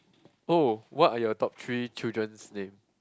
oh what are your top three children's name